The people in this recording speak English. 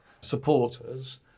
supporters